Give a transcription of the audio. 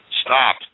Stop